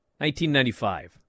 1995